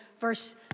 verse